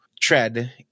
tread